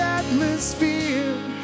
atmosphere